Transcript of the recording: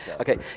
Okay